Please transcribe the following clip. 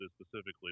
specifically